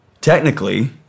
Technically